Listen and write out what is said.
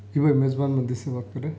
جی میں میزبان مدی سے بات کر رہے